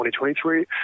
2023